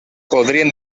podrien